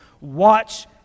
watch